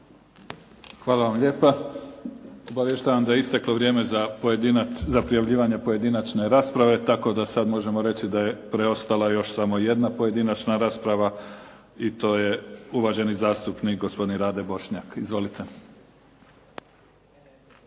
Hvala vam lijepa. Obavještavam da je isteklo vrijeme za prijavljivanje za pojedinačnu raspravu, tako da sada možemo reći da je preostala još samo jedna pojedinačna rasprava. I to je uvaženi zastupnik gospodin Rade Bošnjak.Izvolite. **Bošnjak,